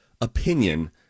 opinion